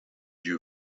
you